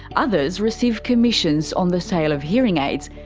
others receive commissions on the sale of hearing aids,